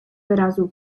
wyrazu